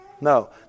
No